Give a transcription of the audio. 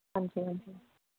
ਹਾਂਜੀ ਹਾਂਜੀ